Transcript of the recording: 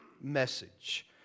message